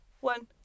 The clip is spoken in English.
one